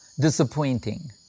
disappointing